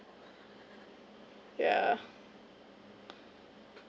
yeah